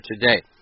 today